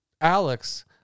Alex